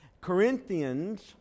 Corinthians